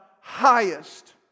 highest